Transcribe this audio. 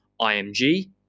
IMG